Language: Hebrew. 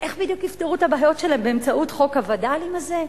איך בדיוק יפתרו את הבעיות שלה באמצעות חוק הווד”לים הזה?